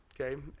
okay